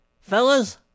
fellas